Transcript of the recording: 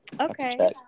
Okay